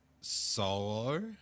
Solo